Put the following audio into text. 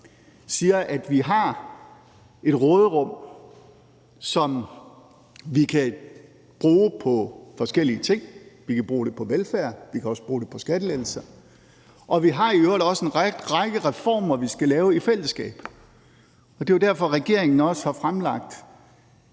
siger, at vi har et råderum, som vi kan bruge på forskellige ting – vi kan bruge det på velfærd, og vi kan også bruge det på skattelettelser. Vi har i øvrigt også en række reformer, vi skal lave i fællesskab. Og det er jo også derfor, regeringen har fremlagt